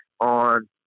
on